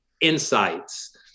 insights